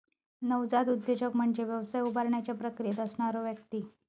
नवजात उद्योजक म्हणजे व्यवसाय उभारण्याच्या प्रक्रियेत असणारो व्यक्ती